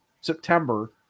september